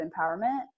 empowerment